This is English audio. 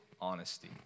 honesty